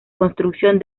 construcción